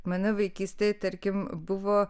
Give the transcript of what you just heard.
mane vaikystėj tarkim buvo